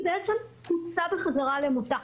היא בעצם הוטסה בחזרה למותה,